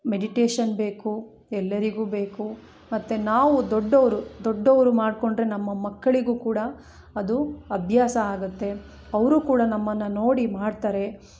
meditation ಬೇಕು ಎಲ್ಲರಿಗು ಬೇಕು ಮತ್ತು ನಾವು ದೊಡ್ಡವರು ದೊಡ್ಡವರು ಮಾಡ್ಕೊಂಡರೆ ನಮ್ಮ ಮಕ್ಕಳಿಗು ಕೂಡ ಅದು ಅಭ್ಯಾಸ ಆಗುತ್ತೆ ಅವರು ಕೂಡ ನಮ್ಮನ್ನು ನೋಡಿ ಮಾಡ್ತಾರೆ